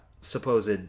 supposed